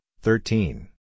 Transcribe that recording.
thirteen